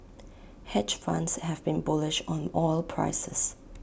hedge funds have been bullish on oil prices